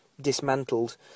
dismantled